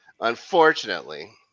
unfortunately